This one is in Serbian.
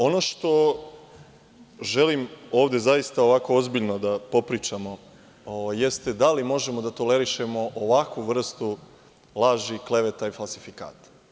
Ono što želim, ovde zaista, ovako ozbiljno da popričamo, jeste da li možemo da tolerišemo ovakvu vrstu laži i kleveta i falsifikata.